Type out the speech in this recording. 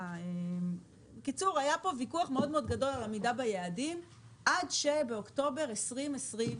היה פה ויכוח מאוד גדול על עמידה ביעדים עד שבאוקטובר 2020,